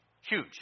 Huge